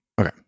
Okay